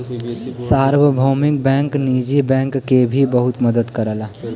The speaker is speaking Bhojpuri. सार्वभौमिक बैंक निजी बैंक के भी बहुत मदद करला